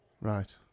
Right